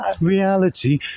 reality